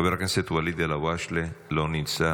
חבר הכנסת ואליד אלהואשלה, אינו נוכח,